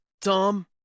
Tom